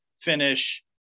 finish